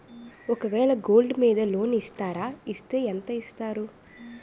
ఒక వేల గోల్డ్ మీద లోన్ ఇస్తారా? ఇస్తే ఎంత ఇస్తారు?